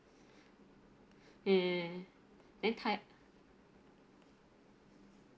mm then tai~